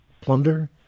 plunder